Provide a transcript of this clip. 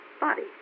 body